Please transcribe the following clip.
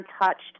untouched